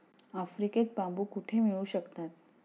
आफ्रिकेत बांबू कुठे मिळू शकतात?